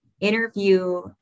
interview